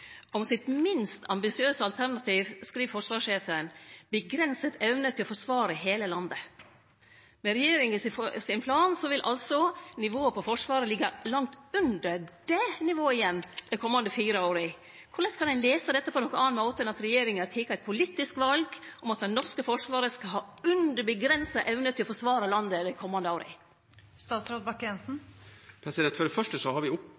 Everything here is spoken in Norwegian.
Om sitt minst ambisiøse alternativ skriv forsvarssjefen: «Begrenset evne til å forsvare hele landet». Med regjeringa sin plan vil altså nivået på Forsvaret liggje langt under det nivået igjen dei komande fire åra. Korleis kan ein lese dette på nokon annan måte enn at regjeringa har teke eit politisk val om at Det norske forsvaret skal ha under «begrenset evne» til å forsvare landet dei komande åra? For det første har vi